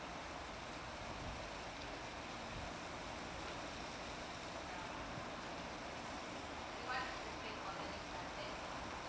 mm